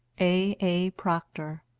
a. a. procter.